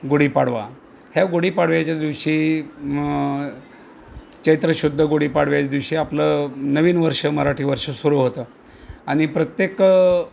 गुढीपाडवा ह्या गुढीपाडव्याच्या दिवशी चैत्र शुद्ध गुढीपाडव्याच्या दिवशी आपलं नवीन वर्ष मराठी वर्ष सुरू होतं आणि प्रत्येक